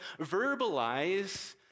verbalize